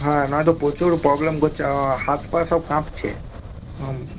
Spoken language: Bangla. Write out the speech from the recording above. হ্যাঁ নয়তো প্রচুর প্রবলেম করছে হাত পা সব কাঁপছে হুম